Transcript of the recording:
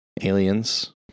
Aliens